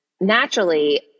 naturally